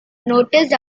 noticed